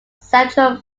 central